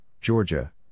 Georgia